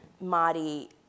Marty